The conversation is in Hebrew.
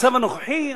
במצב הנוכחי,